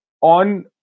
On